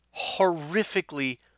horrifically